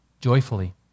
joyfully